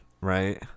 right